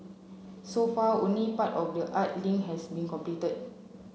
so far only part of the art link has been completed